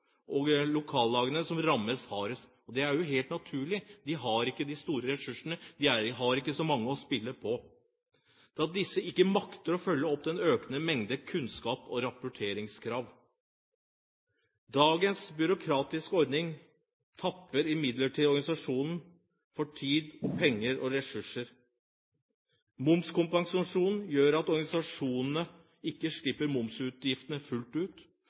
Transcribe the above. og lokallagene som rammes hardest. Det er jo helt naturlig – de har ikke de store ressursene og har ikke så mange å spille på, da disse ikke makter å følge opp den økende mengden av kunnskaps- og rapporteringskrav. Dagens byråkratiske ordning tapper imidlertid organisasjonene for tid, penger og ressurser. Momskompensasjonen gjør at organisasjonene ikke slipper momsutgiftene fullt ut,